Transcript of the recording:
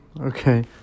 Okay